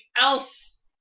else